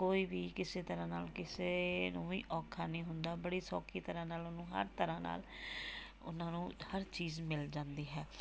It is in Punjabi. ਕੋਈ ਵੀ ਕਿਸੇ ਤਰ੍ਹਾਂ ਨਾਲ ਕਿਸੇ ਨੂੰ ਵੀ ਔਖਾ ਨਹੀਂ ਹੁੰਦਾ ਬੜੀ ਸੌਖੀ ਤਰ੍ਹਾਂ ਨਾਲ ਉਹਨੂੰ ਹਰ ਤਰ੍ਹਾਂ ਨਾਲ ਉਹਨਾਂ ਨੂੰ ਹਰ ਚੀਜ਼ ਮਿਲ ਜਾਂਦੀ ਹੈ